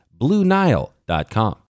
BlueNile.com